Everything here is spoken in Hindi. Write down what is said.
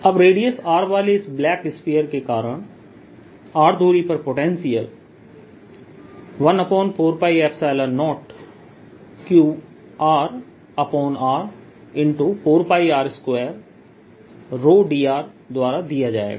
अब रेडियस r वाले इस ब्लैक स्फीयर के कारण r दूरी पर पोटेंशियल 14π0Qr4πr2ρdr द्वारा दिया जाएगा